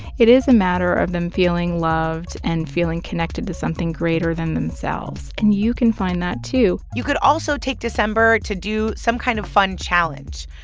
it is a matter of them feeling loved and feeling connected to something greater than themselves, and you can find that, too you could also take december to do some kind of fun challenge,